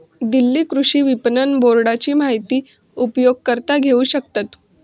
दिल्ली कृषि विपणन बोर्डाची माहिती उपयोगकर्ता घेऊ शकतत